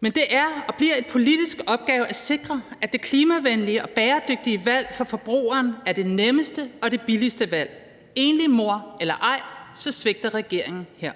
Men det er og bliver en politisk opgave at sikre, at det klimavenlige og bæredygtige valg for forbrugeren er det nemmeste og det billigste valg, og enlig mor eller ej, svigter regeringen her.